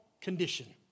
condition